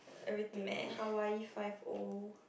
everything Hawaii-five-O